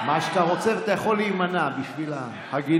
מה שאתה רוצה, ואתה יכול להימנע, בשביל ההגינות.